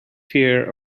fear